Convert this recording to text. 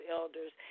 elders